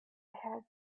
had